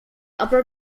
upper